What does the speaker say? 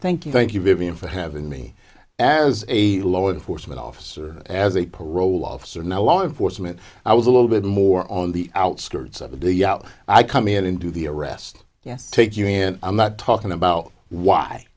thank you thank you vivian for having me as a law enforcement officer as a parole officer now law enforcement i was a little bit more on the outskirts of the you know i come in to the arrest yes take you in i'm not talking about why